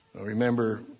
Remember